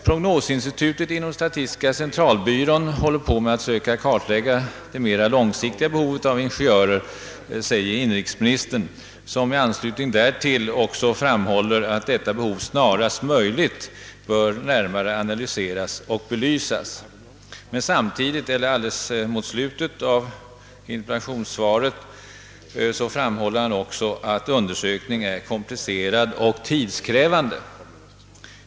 Prognosinstitutet inom = statistiska centralbyrån försöker kartlägga det mera långsiktiga behovet av ingenjörer, säger inrikesministern, som i anslutning därtill också framhåller att detta behov snarast möjligt bör analyseras och belysas. Mot slutet av interpellationssvaret framhåller inrikesministern emellertid att undersökningen är komplicerad och tidskrävande.